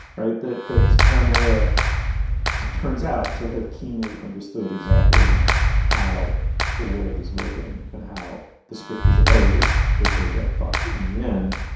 right. that that his paranoia turns out to have keenly understood exactly how the world is working and how the script is always that they get fucked in the end.